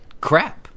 Crap